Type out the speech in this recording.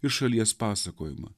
ir šalies pasakojimą